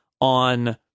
on